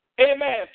amen